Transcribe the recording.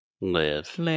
Live